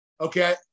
okay